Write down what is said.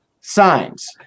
signs